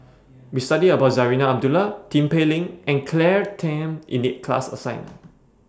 We studied about Zarinah Abdullah Tin Pei Ling and Claire Tham in The class assignment